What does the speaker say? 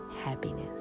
happiness